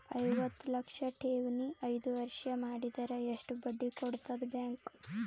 ಐವತ್ತು ಲಕ್ಷ ಠೇವಣಿ ಐದು ವರ್ಷ ಮಾಡಿದರ ಎಷ್ಟ ಬಡ್ಡಿ ಕೊಡತದ ಬ್ಯಾಂಕ್?